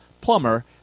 plumber